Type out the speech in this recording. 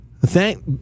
thank